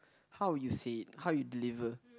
how you say it how you deliver